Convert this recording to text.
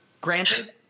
granted